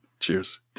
Cheers